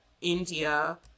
India